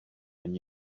when